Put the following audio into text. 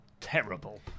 terrible